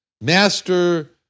Master